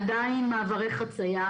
עדיין אין בעוטף מעברי חציה,